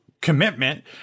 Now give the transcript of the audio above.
commitment